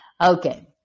Okay